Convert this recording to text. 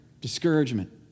discouragement